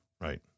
Right